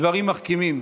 דברים מחכימים.